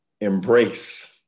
embrace